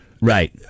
Right